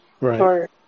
Right